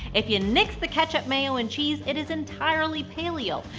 if you nix the ketchup, mayo, and cheese, it is entirely paleo.